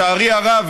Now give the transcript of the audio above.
לצערי הרב,